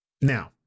Now